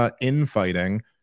infighting